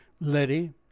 Letty